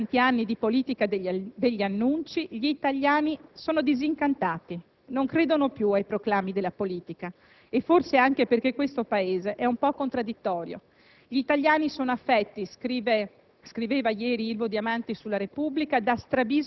forse non siamo riusciti a comunicarlo perché, dopo tanti anni di politica degli annunci, gli italiani sono disincantati, non credono più ai proclami della politica e forse anche perché questo Paese è un po' contraddittorio. Gli italiani sono affetti, scriveva